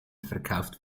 verkauft